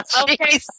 Okay